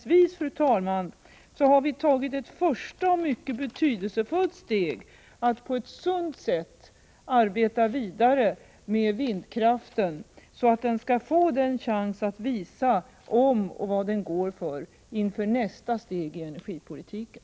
Sammanfattningsvis har vi tagit ett första och mycket betydelsefullt steg att på ett sunt sätt arbeta vidare med vindkraften så att den skall få chans att visa vad den går för inför nästa steg i energipolitiken.